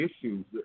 issues